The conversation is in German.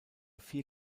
vier